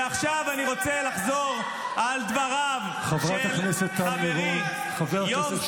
עכשיו אני רוצה לחזור על דבריו של חברי ----- חברת הכנסת טל מירון,